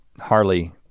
Harley